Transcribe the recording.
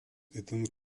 itin